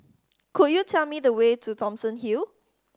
could you tell me the way to Thomson Hill